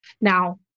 Now